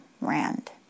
Rand